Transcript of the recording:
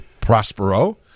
Prospero